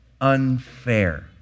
unfair